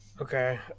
okay